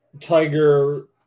Tiger